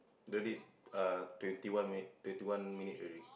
the date uh twenty one minute twenty one minute already